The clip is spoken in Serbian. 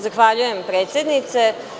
Zahvaljujem predsednice.